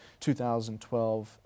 2012